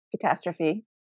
catastrophe